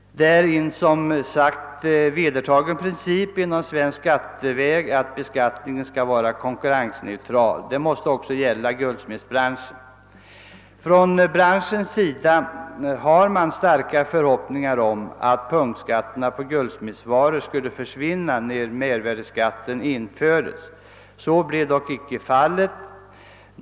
Det är som sagt en vedertagen princip i det svenska skattesystemet att beskattningen skall vara konkurrensneutral; detta måste också gälla guldsmedsbranschen. Från branschens sida hade man starka förhoppningar om att punktskatterna på guldsmedsvaror skulle försvinna när mervärdeskatten infördes. Så blev dock inte fallet.